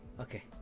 Okay